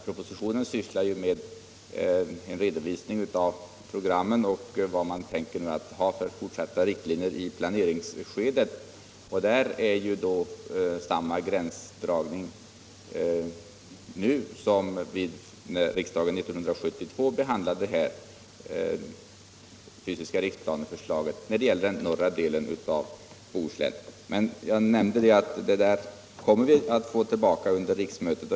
Propositionen innehåller en redovisning av programmen, och den anger vilka fortsatta riktlinjer man tänker följa i planeringsskedet. Där är gränsdragningen densamma nu som den var när riksdagen år 1972 behandlade förslaget om fysisk riksplan när det gällde den norra delen av Bohuslän. Jag nämnde att vi kommer att få ta upp den frågan till behandling på nytt under riksmötet.